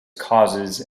causes